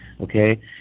okay